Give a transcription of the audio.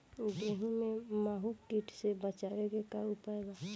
गेहूँ में माहुं किट से बचाव के का उपाय बा?